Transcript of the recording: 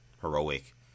heroic